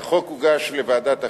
החוק הוגש לוועדת החוקה.